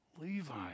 Levi